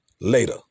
Later